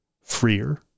freer